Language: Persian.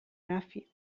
رفیق